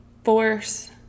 force